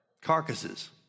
Carcasses